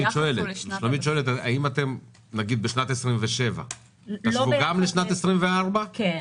היא שואלת האם בשנת 27 זה גם יותאם לשנת 24. כן.